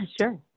sure